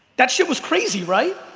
that shit was crazy, right?